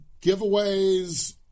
giveaways